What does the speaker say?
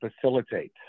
facilitate